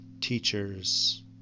teachers